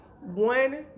one